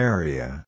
Area